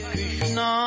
Krishna